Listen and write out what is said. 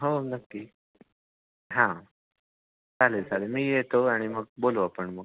हो नक्की हां चालेल चालेल मी येतो आणि मग बोलू आपण मग